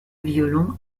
violon